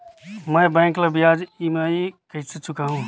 मैं बैंक ला ब्याज ई.एम.आई कइसे चुकाहू?